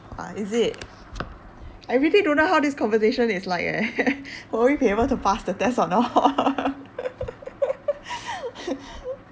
!wah! is it I really don't know how this conversation is like eh will we be able to pass the test or not